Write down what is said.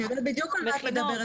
קטי, אני יודעת בדיוק על מה את מדברת.